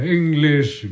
English